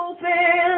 Open